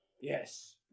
Yes